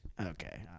Okay